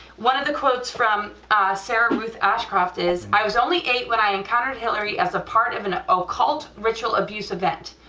one of the quotes from sarah ruth ashcraft is i was only eight when i encountered hillary as a part of an occult ritual abuse event.